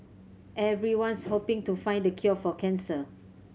everyone's hoping to find the cure for cancer